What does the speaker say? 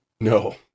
No